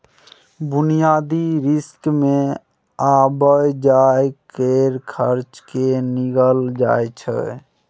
बुनियादी रिस्क मे आबय जाय केर खर्चो केँ गिनल जाय छै